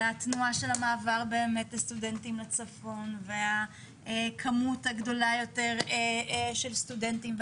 על התנועה של המעבר של הסטודנטים לצפון והכמות הגדולה יותר של סטודנטים,